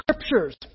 scriptures